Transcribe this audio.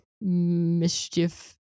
mischief